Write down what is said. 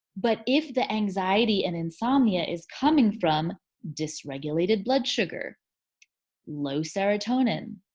but if the anxiety and insomnia is coming from dysregulated blood sugar low serotonin,